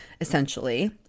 essentially